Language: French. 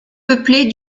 peuplée